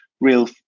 real